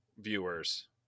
viewers